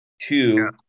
two